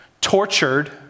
tortured